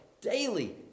daily